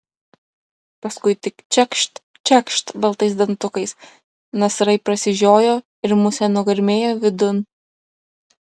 paskui tik čekšt čekšt baltais dantukais nasrai prasižiojo ir musė nugarmėjo vidun